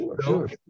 Sure